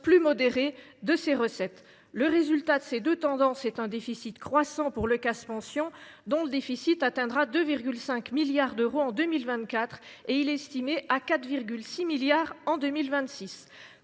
plus modérée de ses recettes. Le résultat de ces deux tendances est un déficit croissant du CAS « Pensions », qui atteindra 2,5 milliards d’euros en 2024 et qui est estimé à 4,6 milliards d’euros